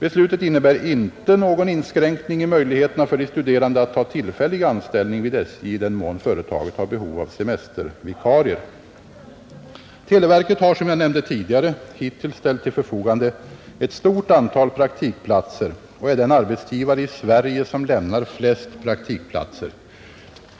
Beslutet innebär inte någon inskränkning i möjligheterna för de studerande att ta tillfällig anställning vid SJ i den mån företaget har behov av semestervikarier. Televerket har, som jag nämnde tidigare, hittills ställt till förfogande ett stort antal praktikplatser och är den arbetsgivare i Sverige som lämnar flest praktikplatser.